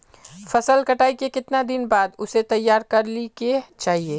फसल कटाई के कीतना दिन बाद उसे तैयार कर ली के चाहिए?